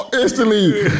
Instantly